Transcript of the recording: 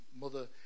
mother